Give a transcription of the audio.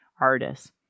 artists